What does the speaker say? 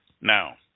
Now